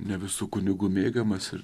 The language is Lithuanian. ne visų kunigų mėgiamas ir